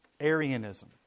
Arianism